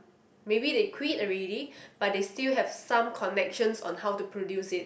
maybe they quit already but they still have some connections on how to produce it